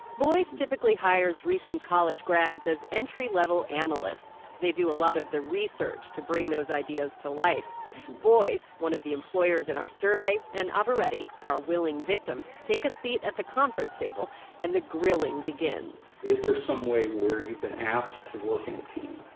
typically hires recent college grads as entry-level analysts. they do a lot of the research to bring those ideas to life boyes one of the employers in our survey, and ah abbareddy our willing victim take a seat at the conference table and the grilling begins is there some way where you've been asked to work in a team,